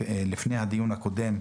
לפני הדיון הקודם: